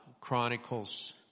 Chronicles